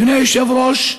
אדוני היושב-ראש,